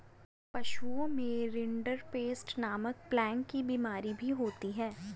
पशुओं में रिंडरपेस्ट नामक प्लेग की बिमारी भी होती है